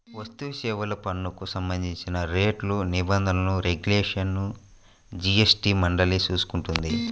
వస్తుసేవల పన్నుకు సంబంధించిన రేట్లు, నిబంధనలు, రెగ్యులేషన్లను జీఎస్టీ మండలి చూసుకుంటుంది